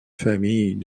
famille